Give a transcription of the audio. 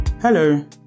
hello